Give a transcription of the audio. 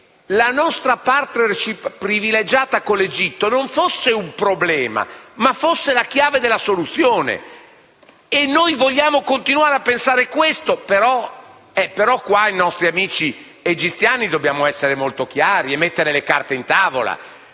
la nostra *partnership* privilegiata con l'Egitto non fosse un problema, ma fosse la chiave della soluzione e vogliamo continuare a pensare questo. Ma con i nostri amici egiziani dobbiamo essere molto chiari e mettere le carte in tavola,